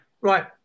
right